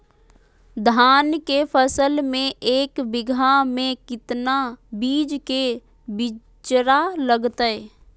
धान के फसल में एक बीघा में कितना बीज के बिचड़ा लगतय?